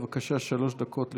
בבקשה, שלוש דקות לרשותך.